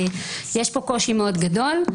יש פה קושי מאוד גדול.